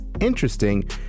interesting